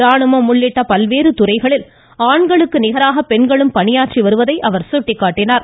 ராணுவம் உள்ளிட்ட பல்வேறு துறைகளில் ஆண்களுக்கு நிகராக பெண்களும் பணியாற்றி வருவதை சுட்டிக்காட்டினார்